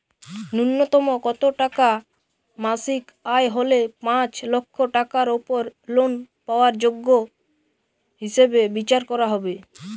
ন্যুনতম কত টাকা মাসিক আয় হলে পাঁচ লক্ষ টাকার উপর লোন পাওয়ার যোগ্য হিসেবে বিচার করা হবে?